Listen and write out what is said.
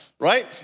Right